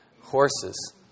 horses